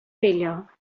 failure